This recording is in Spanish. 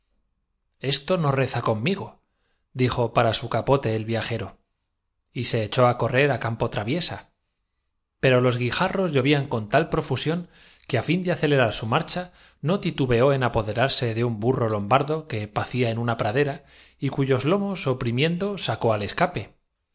esto no reza conmigo dijo para su capote el jamás hizo mención benjamín á sus compañeros que viajero y se echó á correr á campo traviesa pero los de viaje guijarros llovían con tal profusión que á fin de acele repuesto ya don sindulfo de su acceso aunque con rar su marcha no titubeó en apoderarse de un burro la razón no muy conforme como se verá por el curso lombardo que pacía en una pradera y cuyos lomos de los acontecimientos y entregadas las muchachas á oprimiendo sacó al escape